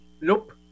Nope